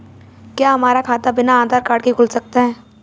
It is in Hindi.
क्या हमारा खाता बिना आधार कार्ड के खुल सकता है?